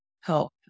help